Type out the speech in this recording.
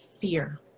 fear